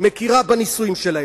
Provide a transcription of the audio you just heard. מכירה בנישואים שלהם.